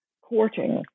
courting